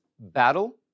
battle